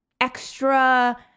extra